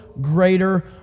greater